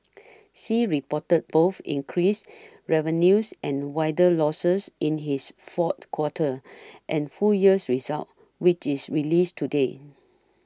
sea reported both increased revenues and wider losses in its fourth quarter and full years results which its released today